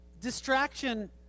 distraction